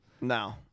No